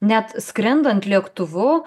net skrendant lėktuvu